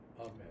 Amen